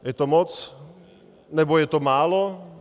Je to moc, nebo je to málo?